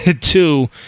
Two